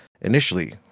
initially